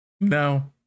no